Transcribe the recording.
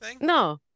No